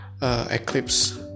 eclipse